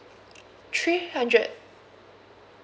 three hundred